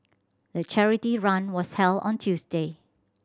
the charity run was held on Tuesday